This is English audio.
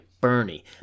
Bernie